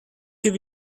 give